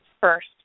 first